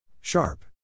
Sharp